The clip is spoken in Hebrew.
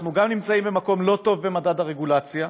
אנחנו גם נמצאים במקום לא טוב במדד הרגולציה,